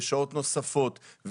שעות נוספות,